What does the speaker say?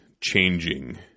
changing